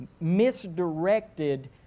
misdirected